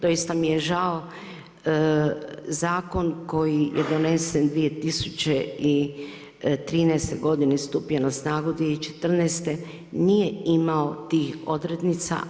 Doista mi je žao zakon koji je donesen 2013. godine stupio je na snagu 2014. nije imao tih odrednica.